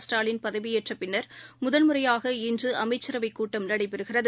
ஸ்டாலின் பதவியேற்றபின்னர் முதல் முறையாக இன்றுஅமைச்சரவைக் கூட்டம் நடைபெறுகிறது